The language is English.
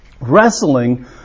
Wrestling